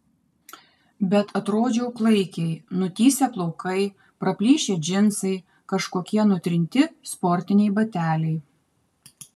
bet atrodžiau klaikiai nutįsę plaukai praplyšę džinsai kažkokie nutrinti sportiniai bateliai